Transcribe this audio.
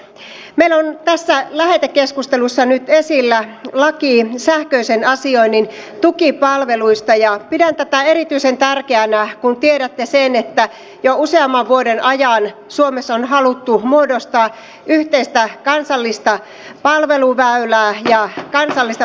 meillä on tässä lähetekeskustelussa nyt esillä laki sähköisen asioinnin tukipalveluista ja pidän tätä erityisen tärkeänä kun tiedätte sen että jo useamman vuoden ajan suomessa on haluttu muodostaa yhteistä kansallista palveluväylää ja kansallista palveluarkkitehtuuria